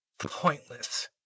pointless